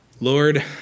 Lord